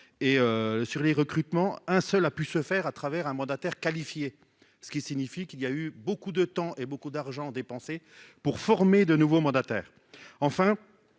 et sur les recrutements, un seul a pu se faire à travers un mandataire qualifié, ce qui signifie qu'il y a eu beaucoup de temps et beaucoup d'argent dépensé pour former de nouveaux mandataires